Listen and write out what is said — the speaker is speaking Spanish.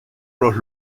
los